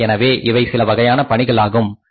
எனவே இவை சில வகையான பணிகளாகும் சரியா